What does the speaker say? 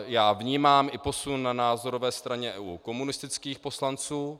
Já vnímám i posun na názorové straně u komunistických poslanců.